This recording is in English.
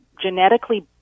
genetically